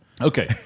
Okay